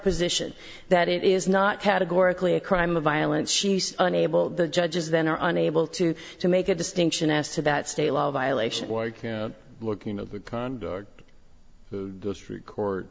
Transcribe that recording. position that it is not categorically a crime of violence she's unable the judges then are unable to to make a distinction as to that state law violation look you know the record